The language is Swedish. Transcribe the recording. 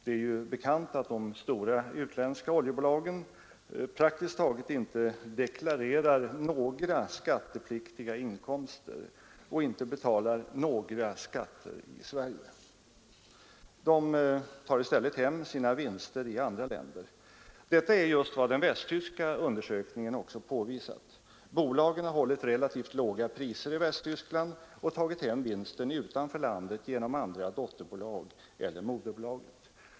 Det är ju bekant att de stora utländska oljebolagen praktiskt taget inte deklarerar några skattepliktiga inkomster och inte betalar några skatter i Sverige. De tar i stället hem sina vinster i andra länder. Detta är just vad den västtyska undersökningen också påvisat. Bolagen har hållit relativt låga priser i Västtyskland och tagit hem vinsten utanför landet genom andra dotterbolag eller moderbolaget.